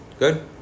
Good